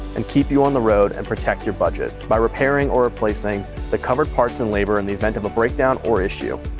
and keep you on the road, and protect your budget by repairing or replacing the covered parts and labor in the event of a breakdown or issue.